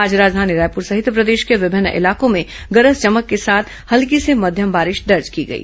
आज राजधानी रायपुर सहित प्रदेश के विभिन्न हिस्सों में गरज चमक के साथ हल्की से मध्यम बारिश दर्ज की गई